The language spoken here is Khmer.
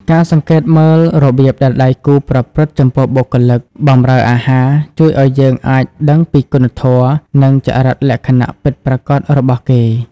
ការសង្កេតមើលរបៀបដែលដៃគូប្រព្រឹត្តចំពោះបុគ្គលិកបម្រើអាហារ ជួយឱ្យយើងអាចដឹងពីគុណធម៌ និងចរិតលក្ខណៈពិតប្រាកដរបស់គេ។